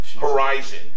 Horizon